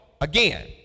again